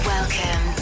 Welcome